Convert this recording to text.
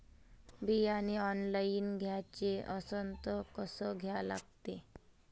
बियाने ऑनलाइन घ्याचे असन त कसं घ्या लागते?